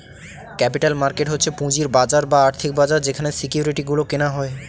capital market হচ্ছে পুঁজির বাজার বা আর্থিক বাজার যেখানে সিকিউরিটি গুলো কেনা হয়